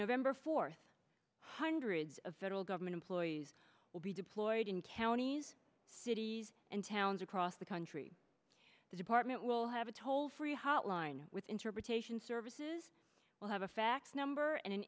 november fourth hundreds of federal government employees will be deployed in counties cities and towns across the country the department will have a toll free hotline with interpretation services will have a fax number an